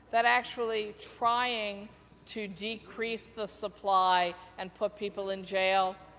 that actually trying to decrease the supply and put people in jail,